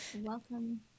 Welcome